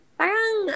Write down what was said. parang